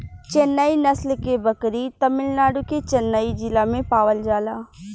चेन्नई नस्ल के बकरी तमिलनाडु के चेन्नई जिला में पावल जाला